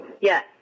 Yes